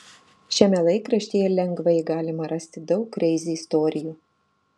šiame laikraštyje lengvai galima rasti daug kreizi istorijų